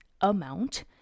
amount